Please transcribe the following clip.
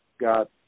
got